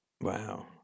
Wow